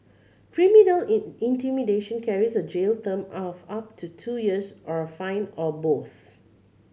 criminal in intimidation carries a jail term of up to two years or a fine or both